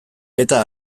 eta